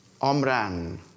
Omran